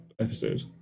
episode